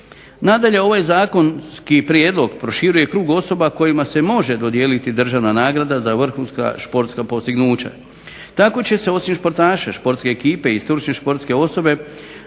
Nadalje, ovaj zakonski prijedlog proširuje krug osoba kojima se može dodijeliti državna nagrada za vrhunska športska postignuća. Tako će se osim športaša, športske ekipe i stručne športske osobe